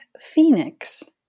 Phoenix